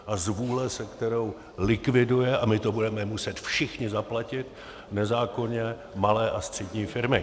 A zvůle, se kterou likviduje a my to budeme muset všichni zaplatit nezákonně malé a střední firmy.